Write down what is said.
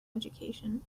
education